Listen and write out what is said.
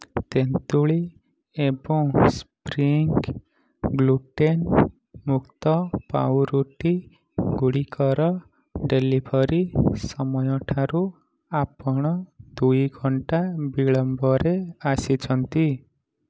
ତେନ୍ତୁଳି ଏବଂ spring gluten ମୁକ୍ତ ପାଉରୁଟି ଗୁଡ଼ିକର ଡେଲିଭରି ସମୟଠାରୁ ଆପଣ ଦୁଇ ଘଣ୍ଟା ବିଳମ୍ବରେ ଆସିଛନ୍ତି